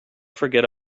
forget